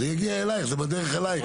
זה הגיע אלייך, זה בדרך אליי.